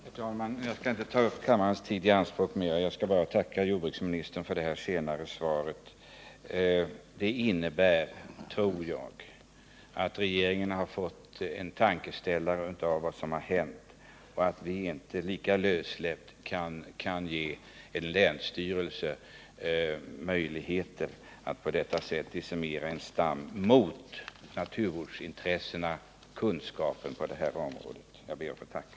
Herr talman! Jag skall inte ytterligare uppta kammarens tid, utan jag skall bara tacka jordbruksministern för det allra senaste svaret. Jag tror att det visar att regeringen fått en tankeställare av vad som hänt och att man inte lika lössläppt som hittills kommer att ge en länsstyrelse möjligheter att på detta sätt decimera en stam mot avrådande från naturvårdsintressena och sakkunskapen på detta område. Jag ber att få tacka.